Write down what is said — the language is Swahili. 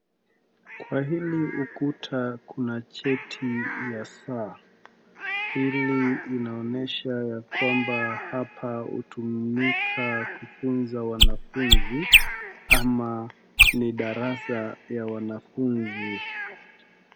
Kwa hili ukuta kuna cheti ya saa hili inaonesha ya kwamba hapa hutumika kufunza wanafunzi ama ni darasa ya wanafunzi